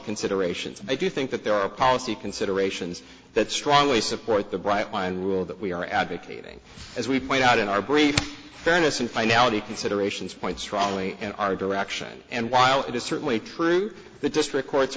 considerations i do think that there are policy considerations that strongly support the bright line rule that we are advocating as we point out in our brief fairness and finality considerations point strongly in our direction and while it is certainly true that district courts